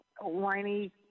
Whiny